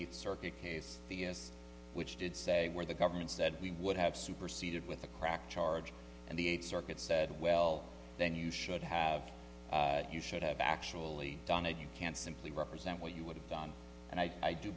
eighth circuit case vs which did say where the government said we would have superseded with a cracked charge and the eighth circuit said well then you should have you should have actually done it you can't simply represent what you would have done and i